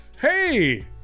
Hey